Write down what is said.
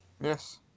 Yes